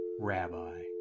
Rabbi